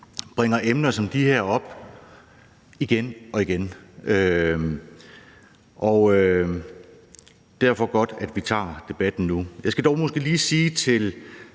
bringer emner som de her op igen og igen. Derfor er det godt, at vi tager debatten nu. Jeg skal dog måske lige sige til